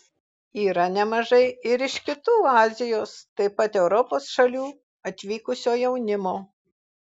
yra nemažai ir iš kitų azijos taip pat europos šalių atvykusio jaunimo